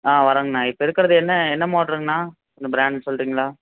ஆ வரங்க அண்ணா இப்போ இருக்கிறது என்ன என்ன மோட்டருங்க அண்ணா அந்த பிராண்ட் சொல்லுறிங்களா